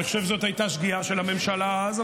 אני חושב שזאת הייתה שגיאה של הממשלה אז,